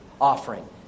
offering